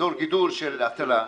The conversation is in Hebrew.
איזור גידול של הטלה,